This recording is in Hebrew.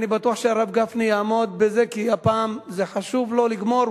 אני בטוח שהרב גפני יעמוד בזה כי הפעם זה חשוב לו לגמור,